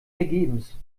vergebens